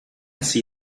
see